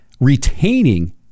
retaining